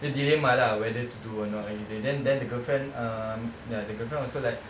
dia dilemma lah whether to do or not when she said then then the girlfriend um ya the girlfriend also like